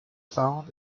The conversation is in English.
found